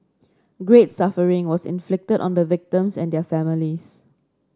great suffering was inflicted on the victims and their families